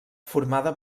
formada